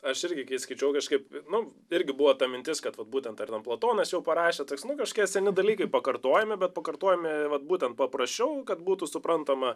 aš irgi kai skaičiau kažkaip nu irgi buvo ta mintis kad vat būtent tartum platonas jau parašė toks nu kažkas seni dalykai pakartojami bet pakartojami vat būtent paprašiau kad būtų suprantama